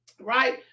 right